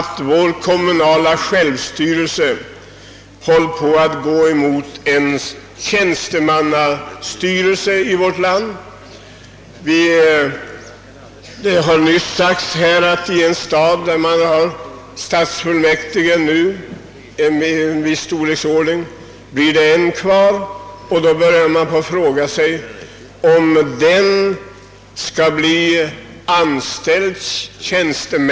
Vår kommunala självstyrelse håller tyvärr på att nu bli en tjänstemannastyrelse. Nyss sades att i en stad, vars stadsfullmäktige nu är av en viss storleksordning, blir endast en man kvar, och då frågar man sig om denne skall bli anställd som tjänsteman.